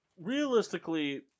Realistically